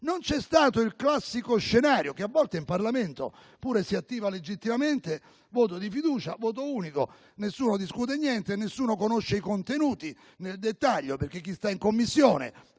Non c'è stato il classico scenario, che a volte in Parlamento pure si attiva legittimamente, con il voto di fiducia, il voto unico, nessuno discute niente e nessuno conosce i contenuti nel dettaglio, perché chi sta in Commissione